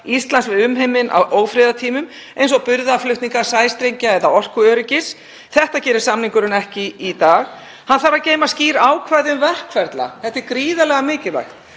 Íslands við umheiminn á ófriðartímum, eins og birgðaflutninga, sæstrengja eða orkuöryggis. Þetta gerir samningurinn ekki í dag. Hann þarf að geyma skýr ákvæði um verkferla. Þetta er gríðarlega mikilvægt.